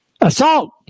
Assault